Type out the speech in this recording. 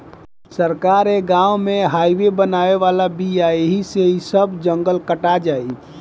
सरकार ए गाँव में हाइवे बनावे वाला बिया ऐही से इ सब जंगल कटा जाई